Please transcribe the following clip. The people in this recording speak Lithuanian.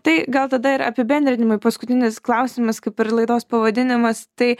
tai gal tada ir apibendrinimui paskutinis klausimas kaip ir laidos pavadinimas tai